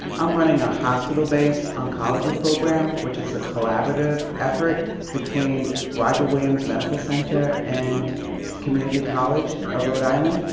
i'm running ah hospital-based oncology program, which is a collaborative effort between roger williams medical center and community college of rhode island.